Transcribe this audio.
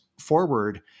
forward